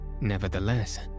Nevertheless